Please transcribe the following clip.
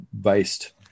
based